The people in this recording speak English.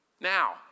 Now